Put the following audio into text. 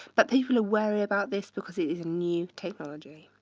but people are wary about this because it is a new technology.